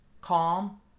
calm